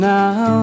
now